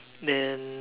then